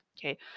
okay